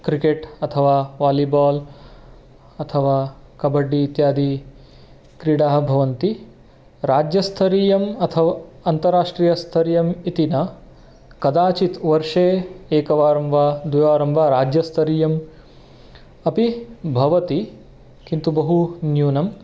cricket अथवा volleyball अथवा कबड्डि इत्यादि क्रीडाः भवन्ति राज्यस्तरीयम् अथवा अन्ताराष्ट्रीयस्तरीयम् इति न कदाचित् वर्षे एकवारं वा द्विवारं वा राज्यस्तरीयमपि भवति किन्तु बहु न्यूनम्